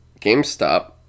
GameStop